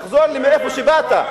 תחזור למאיפה שבאת.